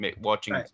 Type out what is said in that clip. watching